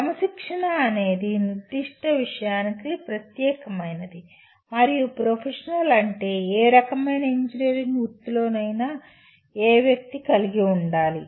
క్రమశిక్షణ అనేది నిర్దిష్ట విషయానికి ప్రత్యేకమైనది మరియు ప్రొఫెషనల్ అంటే ఏ రకమైన ఇంజనీరింగ్ వృత్తిలోనైనా ఏ వ్యక్తి కలిగి ఉండాలి